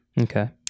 Okay